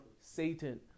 Satan